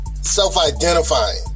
self-identifying